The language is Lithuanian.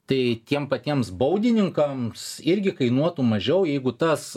tai tiem patiems baudininkams irgi kainuotų mažiau jeigu tas